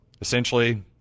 essentially